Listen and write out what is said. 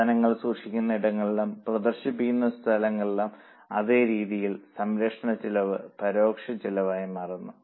സാധനങ്ങൾ സൂക്ഷിക്കുന്ന ഇടങ്ങളിലും പ്രദർശിപ്പിക്കുന്ന സ്ഥലങ്ങളിലും അതേരീതിയിൽ സംരക്ഷണ ചെലവ് പരോക്ഷ ചെലവായി മാറുന്നു